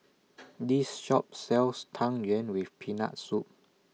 This Shop sells Tang Yuen with Peanut Soup